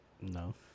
No